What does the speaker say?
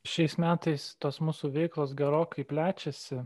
šiais metais tos mūsų veiklos gerokai plečiasi